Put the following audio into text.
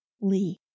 Lee